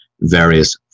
various